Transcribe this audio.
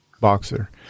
boxer